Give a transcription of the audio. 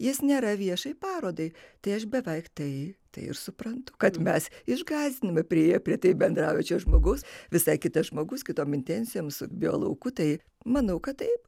jis nėra viešai parodai tai aš beveik tai tai ir suprantu kad mes išgąsdina priėję prie taip bendraujančio žmogaus visai kitas žmogus kitom intencijom su biolauku manau kad taip